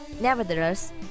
Nevertheless